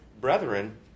brethren